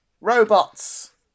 Robots